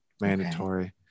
mandatory